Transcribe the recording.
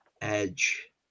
Edge